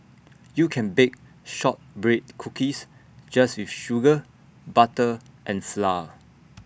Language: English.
you can bake Shortbread Cookies just with sugar butter and flour